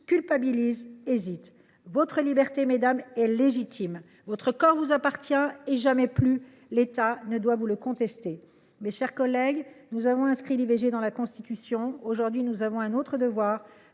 culpabilisent, hésitent : votre liberté, mesdames, est légitime. Votre corps vous appartient, et jamais plus l’État ne doit vous le contester. Mes chers collègues, nous avons inscrit l’IVG dans la Constitution. Aujourd’hui, nous avons un autre devoir